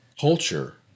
culture